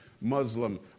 Muslim